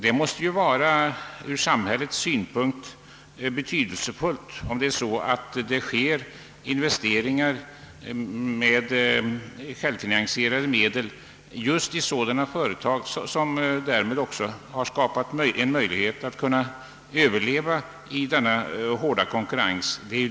Det måste från samhällets synpunkt vara betydelsefullt om investeringar görs med självfinansierade medel just i sådana företag som därmed skapar sig en möjlighet att överleva i den hårda konkurrensen.